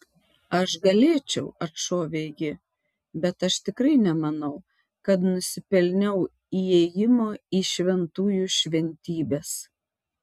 aš galėčiau atšovė ji bet aš tikrai nemanau kad nusipelniau įėjimo į šventųjų šventybes